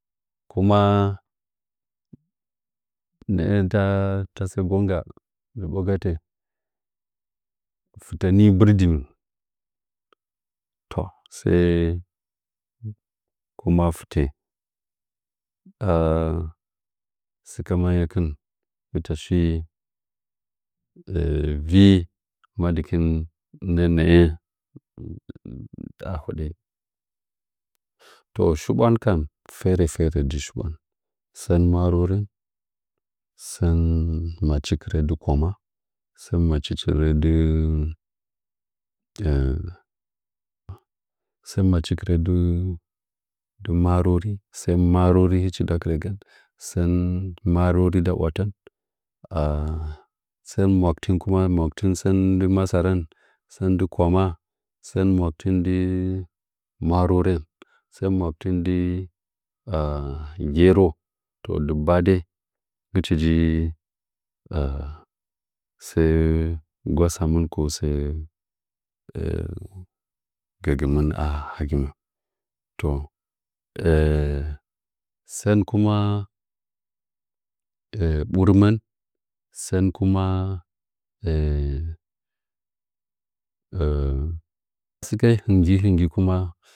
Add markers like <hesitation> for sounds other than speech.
Kuma nɚɚ "ta ta" sɚ ngo ga zobo gatɚ fɨtɚ ni mbirdɨ to s’ɚ kuma fɨtɚ a sɨkɚ myankɨn hɨcha shi vi madɨ kɨn nɚnɚɚ ta hoɗɚ to shiɓwan kam fere fere nji shibwan sɚn marore, sɚn machikɚr dɨ kwama sɚn machikɚr dɨ <hesitation> sɚu machi kɨrɚ dɨ arore sɚn marore hɨchi nda ɨtragɚn sɚn maku tin kuma makuten kuma nggi agarɚ sɚn nggɨ kwama sɚn makitin ndɨ maroren makutin <hesitation> ndɨ gero to dɨggbadai hɨchi nji <hesitation> sɚɚ ngg wa sa mɨn ko sɚ gɚgɨmɨh a hagɨmɚn <hesitation> sɚn kuma <hesitation> burmɚn ma <hesitation> san kuma asɨke nji hingi kuma